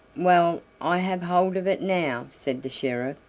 well, i have hold of it now, said the sheriff.